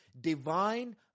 divine